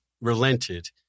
relented